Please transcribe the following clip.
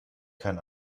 kein